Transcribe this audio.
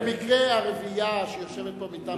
אתם במקרה הרביעייה שיושבת פה, ויש עוד.